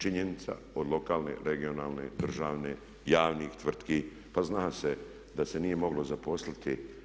Činjenica od lokalne regionalne, državne, javnih tvrtki, pa zna se da se nije moglo zaposliti.